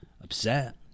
upset